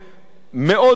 מאוד גבוהים,